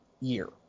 year